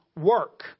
work